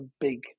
big